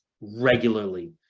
regularly